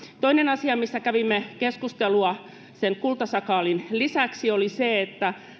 toinen asia mistä kävimme keskustelua kultasakaalin lisäksi oli se että